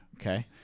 Okay